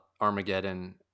armageddon